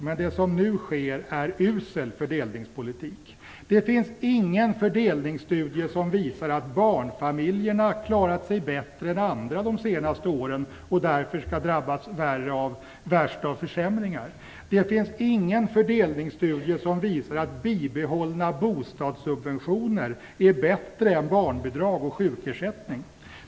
Men det som nu sker är usel fördelningspolitik. Det finns ingen fördelningsstudie som visar att barnfamiljerna har klarat sig bättre än andra under de senaste åren och därför skall drabbas värst av försämringar. Det finns ingen fördelningsstudie som visar att bibehållna bostadssubventioner är bättre än barnbidrag och sjukersättning.